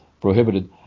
prohibited